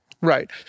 Right